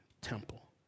temple